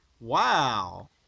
Wow